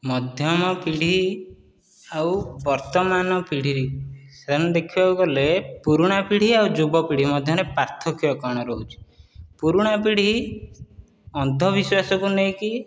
ମଧ୍ୟମ ପିଢ଼ି ଆଉ ବର୍ତ୍ତମାନ ପିଢ଼ି ସେମିତି ଦେଖିବାକୁ ଗଲେ ପୁରୁଣା ପିଢ଼ି ଆଉ ଯୁବପିଢ଼ି ମଧ୍ୟରେ ପାର୍ଥକ୍ୟ କଣ ରହୁଛି ପୁରୁଣା ପିଢ଼ି ଅନ୍ଧବିଶ୍ୱାସକୁ ନେଇକି